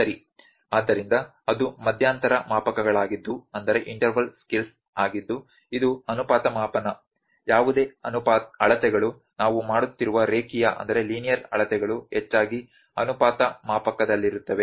ಆದ್ದರಿಂದ ಅದು ಮಧ್ಯಂತರ ಮಾಪಕಗಳಾಗಿದ್ದು ಇದು ಅನುಪಾತ ಮಾಪನ ಯಾವುದೇ ಅಳತೆಗಳು ನಾವು ಮಾಡುತ್ತಿರುವ ರೇಖೀಯ ಅಳತೆಗಳು ಹೆಚ್ಚಾಗಿ ಅನುಪಾತ ಮಾಪಕದಲ್ಲಿರುತ್ತವೆ